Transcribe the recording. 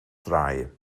draaien